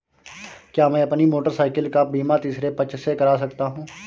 क्या मैं अपनी मोटरसाइकिल का बीमा तीसरे पक्ष से करा सकता हूँ?